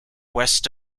west